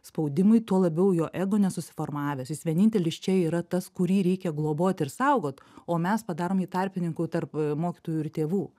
spaudimui tuo labiau jo ego nesusiformavęs jis vienintelis čia yra tas kurį reikia globot ir saugot o mes padarom jį tarpininku tarp mokytojų ir tėvų